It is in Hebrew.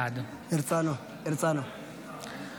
בעד